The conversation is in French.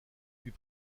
puis